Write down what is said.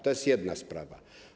To jest jedna sprawa.